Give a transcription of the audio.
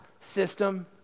system